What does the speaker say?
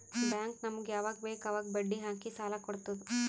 bank ನಮುಗ್ ಯವಾಗ್ ಬೇಕ್ ಅವಾಗ್ ಬಡ್ಡಿ ಹಾಕಿ ಸಾಲ ಕೊಡ್ತುದ್